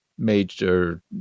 Major